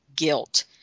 guilt